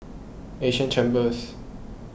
Asia Chambers